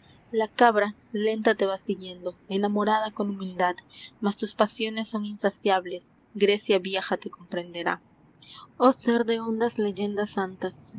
la cabra lenta te va siguiendo enamorada con humildad mas tus pasiones son insaciables grecia vieja te comprenderá oh ser de hondas leyendas santas